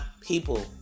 people